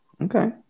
Okay